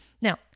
Now